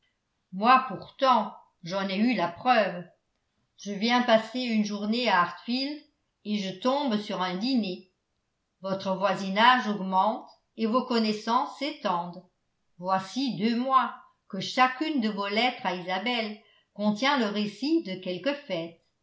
moi pourtant j'en ai eu la preuve je viens passer une journée à hartfield et je tombe sur un dîner votre voisinage augmente et vos connaissances s'étendent voici deux mois que chacune de vos lettres à isabelle contient le récit de quelque fête